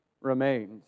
remains